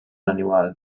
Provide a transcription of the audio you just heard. animal